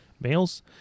males